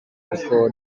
kuko